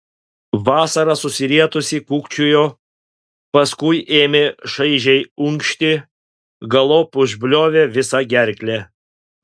vasara susirietusi kūkčiojo paskui ėmė šaižiai unkšti galop užbliovė visa gerkle